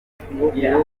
ibihembo